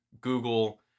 Google